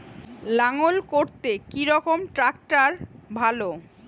লাঙ্গল করতে কি রকম ট্রাকটার ভালো?